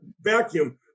vacuum